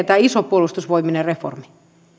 tämä iso puolustusvoimien reformi